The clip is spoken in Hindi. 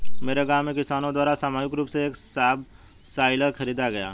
मेरे गांव में किसानो द्वारा सामूहिक रूप से एक सबसॉइलर खरीदा गया